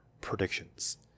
predictions